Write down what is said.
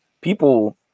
people